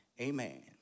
Amen